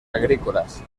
agrícolas